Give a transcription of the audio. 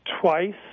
twice